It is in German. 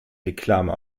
reklame